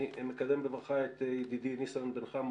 אני מקדם בברכה את ידיד ניסן בן חמו,